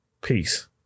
peace